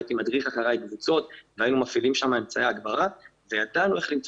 הייתי מדריך אחרי קבוצות והיינו מפעילים שם אמצעי הגברה וידענו איך למצוא